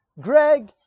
greg